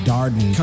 Darden